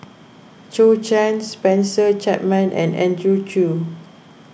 Zhou Can Spencer Chapman and Andrew Chew